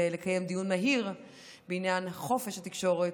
לקיים דיון מהיר בעניין חופש התקשורת,